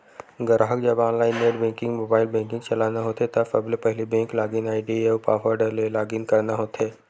गराहक जब online net banking, mobile banking चलाना होथे त सबले पहिली बेंक लॉगिन आईडी अउ पासवर्ड ले लॉगिन करना होथे